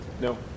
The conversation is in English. No